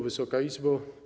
Wysoka Izbo!